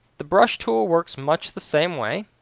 the brush tool works much the same way.